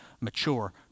mature